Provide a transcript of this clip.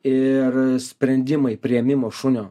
ir sprendimai priėmimo šunio